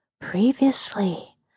previously